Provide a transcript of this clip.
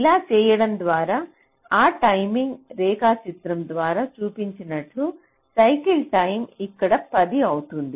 ఇలా చేయడం ద్వారా ఆ టైమింగ్ రేఖాచిత్రం ద్వారా చూపించినట్లుగా సైకిల్ టైం ఇక్కడ 10 అవుతుంది